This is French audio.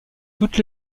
toutes